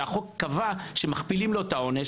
שהחוק קבע שמכפילים לו את העונש.